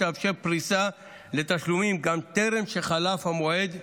שתאפשר פריסה לתשלומים גם טרם שחלף המועד לתשלום.